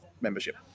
membership